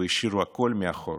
והשאירו הכול מאחור,